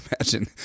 imagine